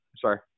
sorry